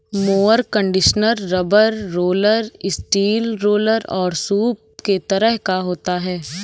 mower conditioner rubber roller, steel roller और सूप के तरह का होता है